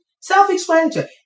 Self-explanatory